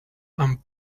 and